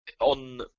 on